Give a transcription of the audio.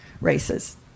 races